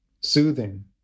soothing